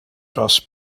dros